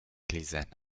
lisenen